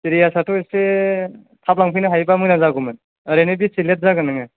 सिरियासाथ' एसे थाब लांफैनो हायोबा मोजां जागौमोन ओरैनो बेसे लेथ जागोन नोङो